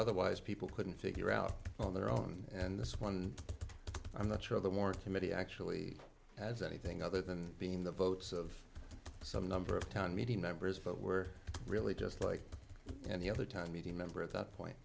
otherwise people couldn't figure out on their own and this one i'm not sure the war committee actually has anything other than being the votes of some number of town meeting members but we're really just like any other time media member at that point